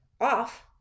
off